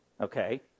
Okay